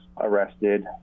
arrested